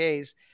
Ks